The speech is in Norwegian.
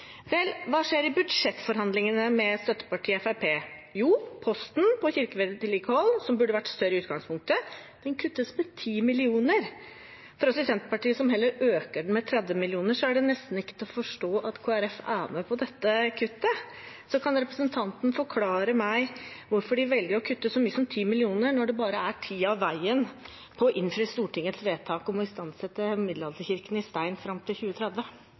Vel, hva skjer i budsjettforhandlingene med støttepartiet Fremskrittspartiet? Jo, posten for kirkevedlikehold, som burde vært større i utgangspunktet, kuttes med 10 mill. kr. For oss i Senterpartiet, som heller øker den med 30 mill. kr, er det nesten ikke til å forstå at Kristelig Folkeparti er med på dette kuttet. Så kan representanten forklare meg hvorfor de velger å kutte så mye som 10 mill. kr, når en bare har tiden og veien med tanke på å innfri Stortingets vedtak om å istandsette middelalderkirkene i stein fram til 2030?